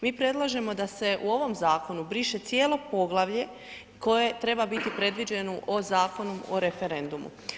Mi predlažemo da se u ovom zakonu briše cijelo poglavlje koje treba biti predviđeno o Zakonu o referendumu.